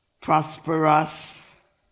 prosperous